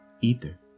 Ether